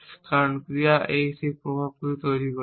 কারণ ক্রিয়া A সেই প্রভাবগুলি তৈরি করছে